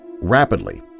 rapidly